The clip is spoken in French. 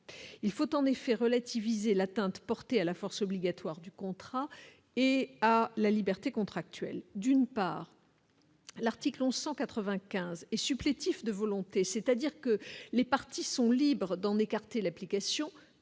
il faut en effet relativiser l'atteinte portée à la force obligatoire du contrat et à la liberté contractuelle, d'une part. L'article 1195 et supplétifs de volonté, c'est-à-dire que les partis sont libres d'en écarter l'application